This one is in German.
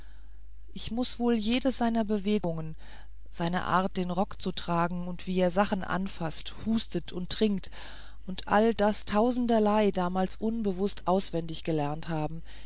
ich muß wohl jede seiner bewegungen seine art den rock zu tragen und wie er sachen anfaßt hustet und trinkt und all das tausenderlei damals unbewußt auswendig gelernt haben